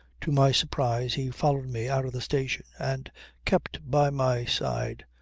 to my surprise he followed me out of the station and kept by my side,